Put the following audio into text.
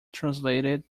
translated